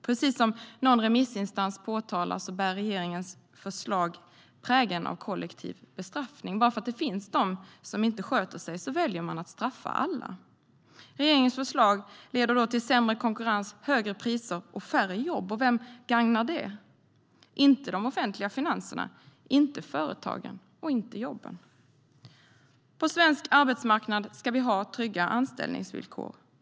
Precis som någon remissinstans påtalade bär regeringens förslag prägeln av kollektiv bestraffning. Bara för att det finns de som inte sköter sig väljer man att straffa alla. Regeringens förslag leder till sämre konkurrens, högre priser och färre jobb, och vem gagnar det? Det gagnar inte de offentliga finanserna, inte företagen och inte jobben. På svensk arbetsmarknad ska det finnas trygga anställningsvillkor.